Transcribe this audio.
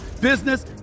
business